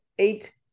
eight